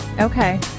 Okay